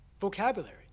vocabulary